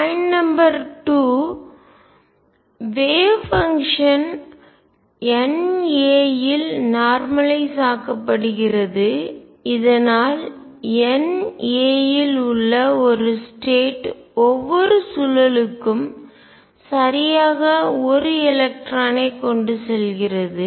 point number 2 wave function அலை செயல்பாடு N a இல் நார்மலய்ஸ் ஆக்கப்படுகிறது இதனால் N a இல் உள்ள ஒரு ஸ்டேட் நிலை ஒவ்வொரு சுழலுக்கும் சரியாக ஒரு எலக்ட்ரானைக் கொண்டு செல்கிறது